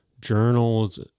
journals